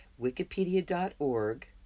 Wikipedia.org